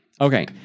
Okay